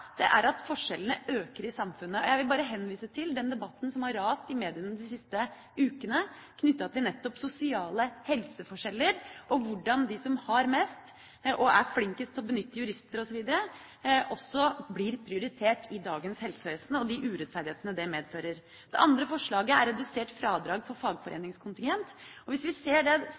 er at forskjellene øker i samfunnet. Jeg vil bare henvise til den debatten som har rast i mediene de siste ukene, nettopp om sosiale helseforskjeller – hvordan de som har mest og er flinkest til å benytte jurister osv., blir prioritert i dagens helsevesen, med de urettferdighetene det medfører. Det andre forslaget er redusert fradrag for fagforeningskontingent. Hvis vi ser det